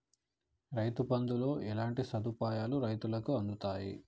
రైతు బంధుతో ఎట్లాంటి సదుపాయాలు రైతులకి అందుతయి?